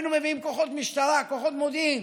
היינו מביאים כוחות משטרה, כוחות מודיעין,